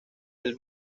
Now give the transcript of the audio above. del